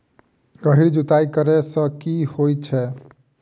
गहिर जुताई करैय सँ की होइ छै?